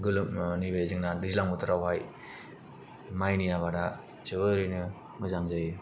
गोलोम जोंना नैबे दैज्लां बोथोराव हाय मायनि आबादा जोबोरैनो मोजां जायो